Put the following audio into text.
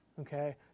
Okay